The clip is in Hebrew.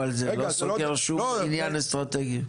אבל זה לא סוגר שום עניין אסטרטגי.